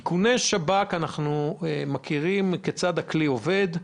לגבי איכוני שב"כ, אנחנו מכירים כיצד הכלי עובד.